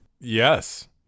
Yes